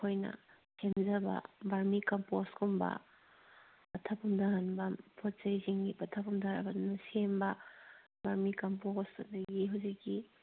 ꯑꯩꯈꯣꯏꯅ ꯁꯦꯝꯖꯕ ꯕꯔꯃꯤ ꯀꯝꯄꯣꯁꯀꯨꯝꯕ ꯄꯠꯊ ꯄꯨꯝꯊꯍꯟꯕ ꯄꯣꯠ ꯆꯩꯁꯤꯡꯒꯤ ꯄꯠꯊ ꯄꯨꯝꯊꯔꯒ ꯑꯗꯨꯅ ꯁꯦꯝꯕ ꯕꯔꯃꯤꯀꯝꯄꯣꯁ ꯑꯗꯒꯤ ꯍꯧꯖꯤꯛꯀꯤ